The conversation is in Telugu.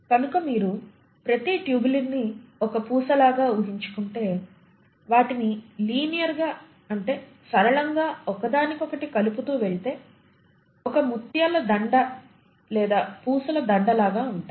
కనుక మీరు ప్రతి టుబ్యులిన్ ని ఒక పూస లాగా ఊహించుకుంటే వాటిని లీనియర్ గా అంటే సరళంగా ఒకదానికొకటి కలుపుతూ వెళ్తే ఒక ముత్యాల దందా లేదా పూసల దండ లాగా ఉంటాయి